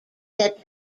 that